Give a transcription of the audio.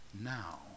now